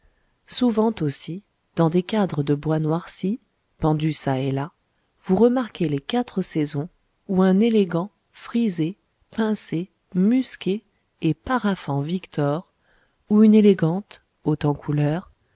souvent aussi dans des cadres de bois noirci pendus çà et là vous remarquez les quatre saisons ou un élégant frisé pincé musqué et paraphant victor ou une élégante haute en couleurs